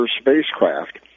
spacecraft